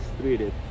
treated